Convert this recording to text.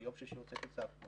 ביום שישי הוצאתי צו.